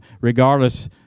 regardless